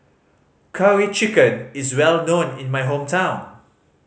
Curry Chicken is well known in my hometown